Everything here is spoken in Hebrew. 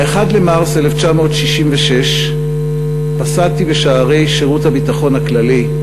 ב-1 במרס 1966 פסעתי בשערי שירות הביטחון הכללי,